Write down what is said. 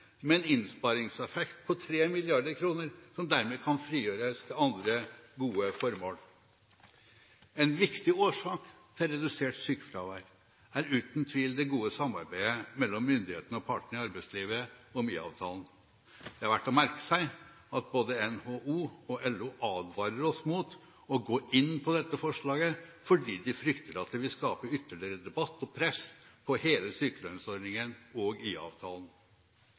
med en innsparingseffekt på 3 mrd. kr, som dermed kan frigjøres til andre gode formål. En viktig årsak til redusert sykefravær er uten tvil det gode samarbeidet mellom myndighetene og partene i arbeidslivet om IA-avtalen. Det er verdt å merke seg at både NHO og LO advarer oss mot å gå inn på dette forslaget, fordi de frykter at det vil skape ytterligere debatt og press på hele sykelønnsordningen og